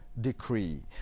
decree